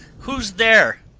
who's there?